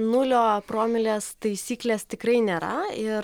nulio promilės taisyklės tikrai nėra ir